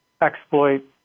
exploit